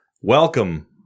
welcome